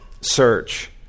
Search